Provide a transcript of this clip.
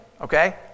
okay